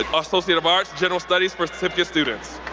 and associate of arts, general studies for certificate students.